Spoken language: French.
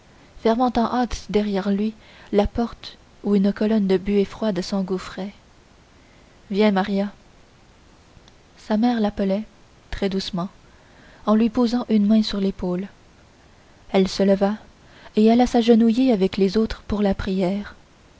fermant en hâte derrière lui la porte où une colonne de buée froide s'engouffrait viens maria sa mère l'appelait très doucement en lui posant une main sur l'épaule elle se leva et alla s'agenouiller avec les autres pour la prière